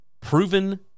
proven